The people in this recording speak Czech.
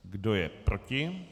Kdo je proti?